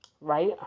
right